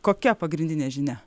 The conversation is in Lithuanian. kokia pagrindinė žinia